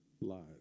lies